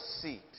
seat